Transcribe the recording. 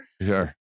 Sure